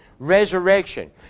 resurrection